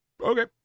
okay